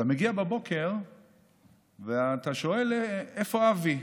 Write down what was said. אתה מגיע בבוקר ואתה שואל: איפה אבי?